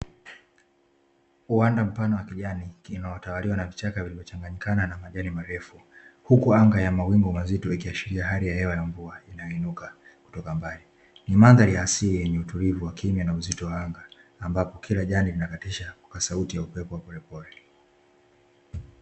Uwanda mfano wa kijani kinawatawaliwa na vichaka vimechanganyikana na majani marefu huku anga ya mawingu mazito ya kiashiria, hali ya hewa na mvuaji nainuka kutoka mbali ni mandhari ya asili yenye utulivu wa kimya na uzito wake ambapo kila jani linakatisha kwa sauti ya upepo wa elimu.